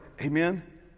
Amen